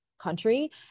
Country